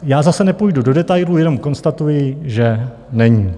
Já zase nepůjdu do detailů, jenom konstatuji, že není.